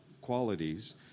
qualities